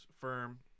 firm